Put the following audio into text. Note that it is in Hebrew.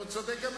והוא צדק ב-1987,